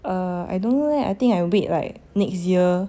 err I don't know leh I think I wait like next year